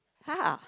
!huh!